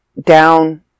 down